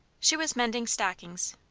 she was mending stockings.